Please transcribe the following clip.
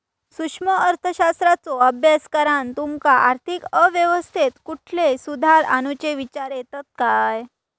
सूक्ष्म अर्थशास्त्राचो अभ्यास करान तुमका आर्थिक अवस्थेत कुठले सुधार आणुचे विचार येतत काय?